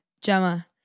Gemma